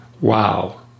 Wow